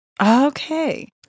Okay